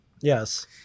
Yes